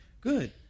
Good